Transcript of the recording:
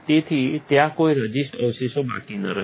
તેથી ત્યાં કોઈ રઝિસ્ટ અવશેષો બાકી ન રહે